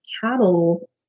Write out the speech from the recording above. cattle